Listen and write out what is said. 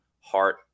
heart